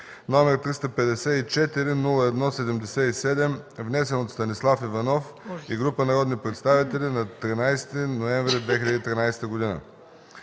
№ 354-01-77, внесен от Станислав Иванов и група народни представители на 13 ноември 2013 г.